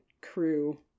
crew